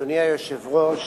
אדוני היושב-ראש,